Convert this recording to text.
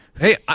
Hey